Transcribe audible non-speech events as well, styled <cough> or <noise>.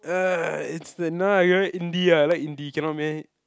<noise> it's the <noise> Indie ah I like Indie cannot meh